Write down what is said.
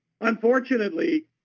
Unfortunately –